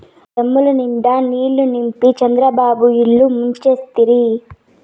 డాముల నిండా నీళ్ళు నింపి చంద్రబాబు ఇల్లు ముంచేస్తిరి